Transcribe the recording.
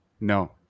no